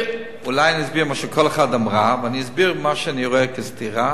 אולי אני אסביר מה שכל אחת אמרה ואני אסביר מה שאני רואה כסתירה,